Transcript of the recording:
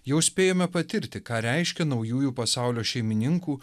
jau spėjome patirti ką reiškia naujųjų pasaulio šeimininkų